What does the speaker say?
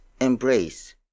embrace